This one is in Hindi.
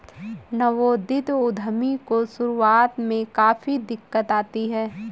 नवोदित उद्यमी को शुरुआत में काफी दिक्कत आती है